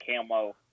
camo